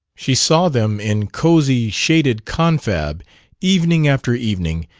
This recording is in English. she saw them in cosy shaded confab evening after evening,